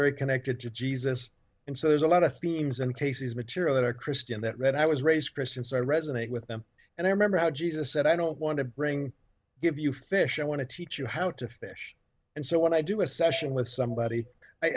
very connected to jesus and so there's a lot of themes and cases material that are christian that read i was raised christian so i resonate with them and i remember how jesus said i don't want to bring give you fish i want to teach you how to fish and so when i do a session with somebody i